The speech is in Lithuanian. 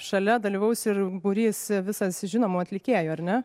šalia dalyvaus ir būrys visas žinomų atlikėjų ar ne